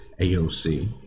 AOC